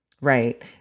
Right